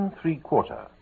Three-Quarter